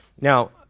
Now